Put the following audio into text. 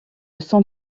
son